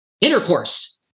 intercourse